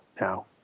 now